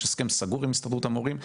יש הסכם סגור עם הסתדרות המורים.